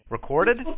Recorded